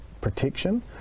protection